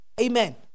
Amen